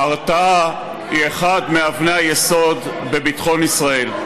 ההרתעה היא אחת מאבני היסוד של ביטחון ישראל,